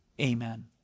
Amen